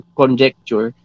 conjecture